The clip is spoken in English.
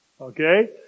Okay